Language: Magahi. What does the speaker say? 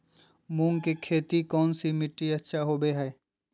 मूंग की खेती कौन सी मिट्टी अच्छा होबो हाय?